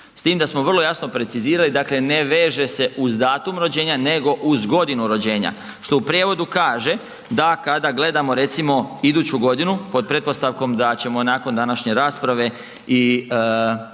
S tim da smo vrlo jasno precizirali, dakle ne veže se uz datum rođenja nego uz godinu rođenja, što u prijevodu kaže da kada gledamo recimo iduću godinu pod pretpostavkom da ćemo nakon današnje rasprave i